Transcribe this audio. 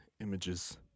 images